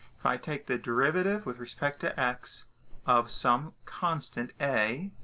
if i take the derivative with respect to x of some constant a,